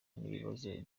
n’ibibazo